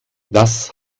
das